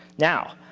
now,